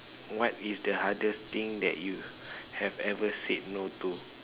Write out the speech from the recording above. what is the hardest thing that you have ever said no to